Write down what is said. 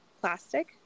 plastic